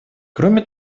кроме